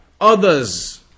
others